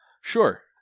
Sure